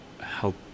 help